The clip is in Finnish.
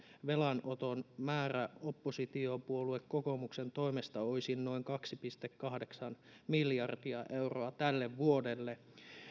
velanoton määrä oppositiopuolue kokoomuksen toimesta olisi noin kaksi pilkku kahdeksan miljardia euroa tälle vuodelle